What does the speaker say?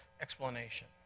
explanation